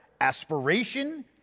aspiration